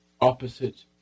opposite